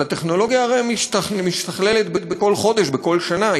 אבל הטכנולוגיה הרי משתכללת בכל חודש, בכל שנה.